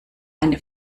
eine